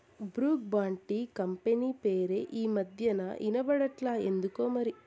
Brooke Bond tea company పేరే ఈ మధ్యనా ఇన బడట్లా ఎందుకోమరి